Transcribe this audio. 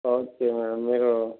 okay madam మీరు